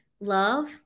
love